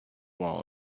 wall